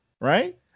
Right